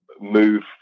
move